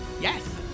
Yes